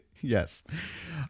Yes